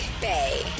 Bay